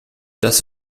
das